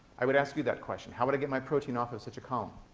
i would ask you that question. how would i get my protein off of such a column?